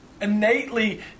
innately